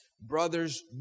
brothers